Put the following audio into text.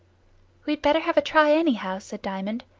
we'd better have a try anyhow, said diamond.